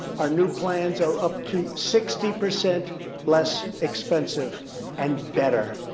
our new plans are up to sixty percent less expensive and better.